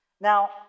Now